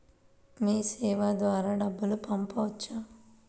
మీసేవ ద్వారా డబ్బు పంపవచ్చా?